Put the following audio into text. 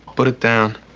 but it down.